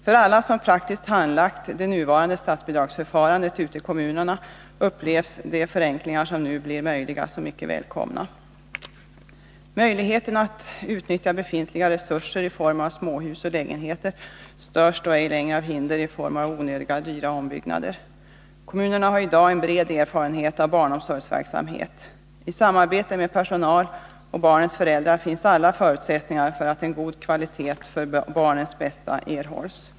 För alla som praktiskt handlagt det nuvarande statsbidragsförfarandet ute i kommunerna upplevs de förenklingar som nu blir möjliga som mycket välkomna. Möjligheten att utnyttja befintliga resurser i form av småhus och lägenheter störs då ej längre av hinder i form av onödigt dyra ombyggnader. Kommunerna har i dag en bred erfarenhet av barnomsorgsverksamhet. I samarbete med personal och barnens föräldrar finns alla förutsättningar för att en god kvalitet för barnens bästa erhålls.